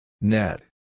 Net